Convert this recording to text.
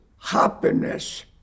happiness